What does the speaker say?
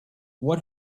what